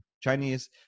Chinese